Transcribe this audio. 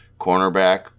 cornerback